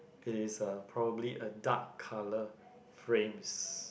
it is uh probably a dark coloured frames